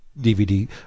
DVD